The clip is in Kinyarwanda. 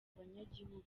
abanyagihugu